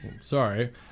Sorry